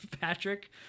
Patrick